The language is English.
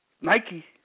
Nike